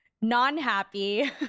non-happy